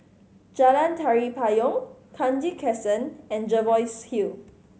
Jalan Tari Payong Kranji Crescent and Jervois Hill